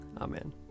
Amen